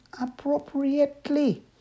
appropriately